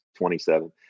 27